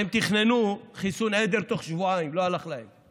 הם תכננו חיסון עדר תוך שבועיים, לא הלך להם.